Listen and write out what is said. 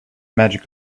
magic